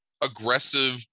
aggressive